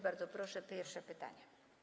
Bardzo proszę, pierwsze pytanie.